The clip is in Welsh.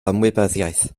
ymwybyddiaeth